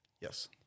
Yes